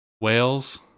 Wales